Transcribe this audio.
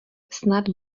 snad